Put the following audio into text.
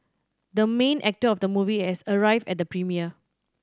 the main actor of the movie has arrived at the premiere